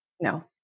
No